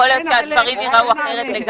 יכול להיות שהדברים ייראו אחרת.